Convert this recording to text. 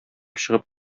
чыгып